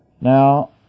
Now